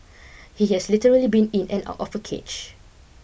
he has literally been in and out of a cage